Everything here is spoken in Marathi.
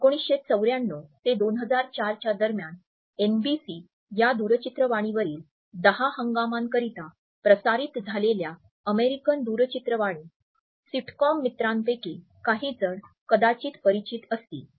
1994 ते 2004 दरम्यान एनबीसी या दूरचित्रवाणीवरील 10 हंगामांकरिता प्रसारित झालेल्या अमेरिकन दूरचित्रवाणी सिटकॉम मित्रांपैकी काही जण कदाचित परिचित असतील